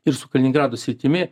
ir su kaliningrado sritimi